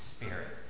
Spirit